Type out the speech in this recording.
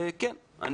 כן,